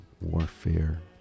warfare